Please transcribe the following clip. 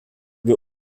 wir